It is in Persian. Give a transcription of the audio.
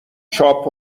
چاپ